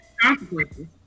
consequences